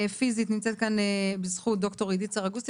פיזית נמצאת כאן "בזכות" ד"ר עדית סרגוסטי.